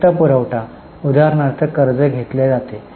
वित्तपुरवठा उदाहरणार्थ कर्ज घेतले जाते